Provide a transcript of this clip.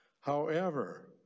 However-